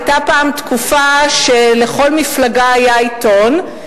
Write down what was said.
היתה פעם תקופה שלכל מפלגה היה עיתון,